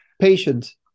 patience